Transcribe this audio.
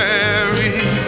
Mary